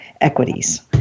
equities